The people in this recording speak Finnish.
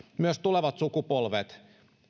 myös tulevat sukupolvet